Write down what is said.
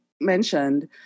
mentioned